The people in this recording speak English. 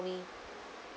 me